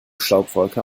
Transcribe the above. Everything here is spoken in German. staubwolke